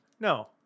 No